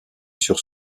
sur